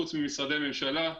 חוץ ממשרדי ממשלה,